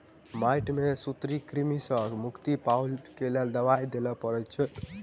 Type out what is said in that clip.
माइट में सूत्रकृमि सॅ मुक्ति पाबअ के लेल दवाई दियअ पड़ैत अछि